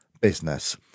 business